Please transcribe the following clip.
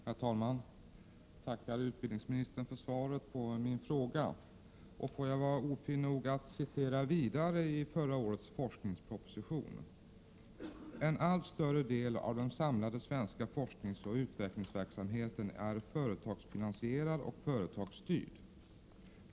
Herr talman! Jag tackar utbildningsministern för svaret på min fråga. Låt mig vara ofin nog att citera vidare ur förra årets forskningsproposition: ”En allt större del av den samlade svenska forskningsoch utvecklingsverksamheten är företagsfinansierad och företagsstyrd.